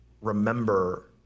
remember